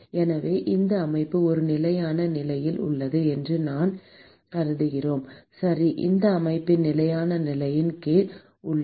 எனவே இந்த அமைப்பு ஒரு நிலையான நிலையில் உள்ளது என்று நாம் கருதுகிறோம் சரி அந்த அமைப்பு நிலையான நிலையின் கீழ் உள்ளது